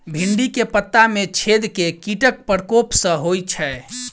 भिन्डी केँ पत्ता मे छेद केँ कीटक प्रकोप सऽ होइ छै?